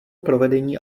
provedení